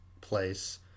place